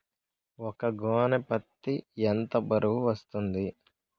ఒక గోనె పత్తి ఎంత బరువు వస్తుంది?